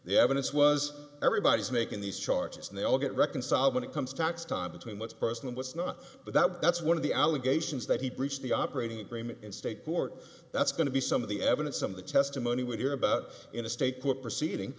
the evidence was everybody's making these charges and they all get reconciled when it comes tax time between what's personal what's not but that that's one of the allegations that he preached the operating agreement in state court that's going to be some of the evidence some of the testimony would hear about in a state court proceeding